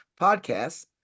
podcasts